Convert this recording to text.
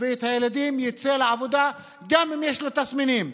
ואת הילדים יצא לעבודה גם אם יש לו תסמינים.